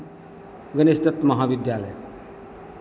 गणेश दत्त महाविद्यालय